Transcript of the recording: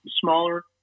smaller